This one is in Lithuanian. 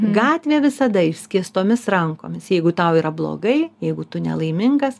gatvė visada išskėstomis rankomis jeigu tau yra blogai jeigu tu nelaimingas